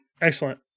excellent